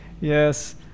Yes